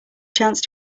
chance